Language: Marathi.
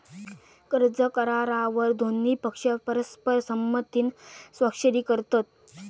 कर्ज करारावर दोन्ही पक्ष परस्पर संमतीन स्वाक्षरी करतत